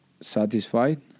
satisfied